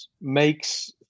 makes